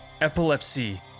Epilepsy